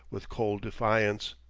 with cold defiance.